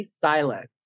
Silence